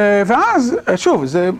ואז, שוב, זה,